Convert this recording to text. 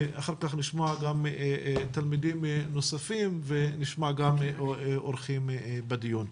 אחר כך נשמע תלמידים נוספים וגם אורחים בדיון.